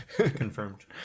Confirmed